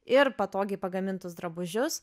ir patogiai pagamintus drabužius